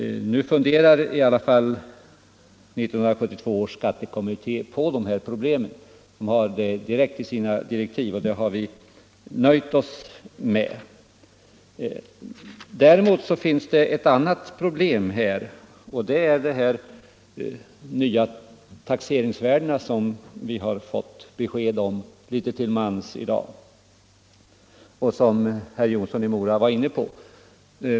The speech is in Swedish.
Nu funderar i alla fall 1972 års skattekommitté på detta problem. Det står direkt i kommitténs direktiv, och det har vi nöjt oss med. Däremot finns det ett annat problem, och det är de nya taxerings värdena på fastigheter som vi nu fått besked om litet till mans. Herr Jonsson i Mora var också inne på detta.